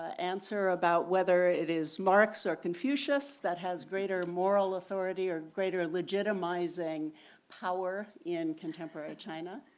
ah answer about whether it is marx or confucius that has greater moral authority or greater legitimising power in contemporary china?